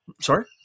Sorry